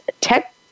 tech